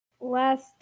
last